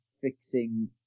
fixing